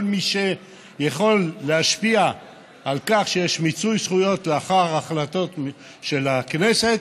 כל מי שיכול להשפיע על כך שיהיה מיצוי זכויות לאחר החלטות של הכנסת,